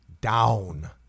down